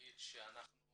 שאנחנו